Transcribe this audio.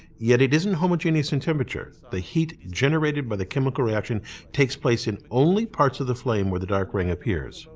yet it isn't homogenous in temperature. the heat generated by the chemical reaction takes place in only parts of the flame where the dark ring appears.